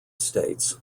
states